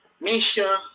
Misha